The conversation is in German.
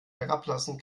herablassen